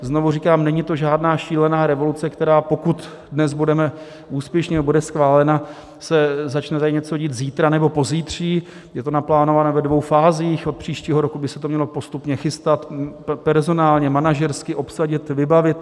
znovu říkám, není to žádná šílená revoluce, která pokud dnes budeme úspěšní a bude schválena se začne tady něco dít zítra nebo pozítří, je to naplánováno ve dvou fázích, od příštího roku by se to mělo postupně chystat, personálně, manažersky obsadit, vybavit.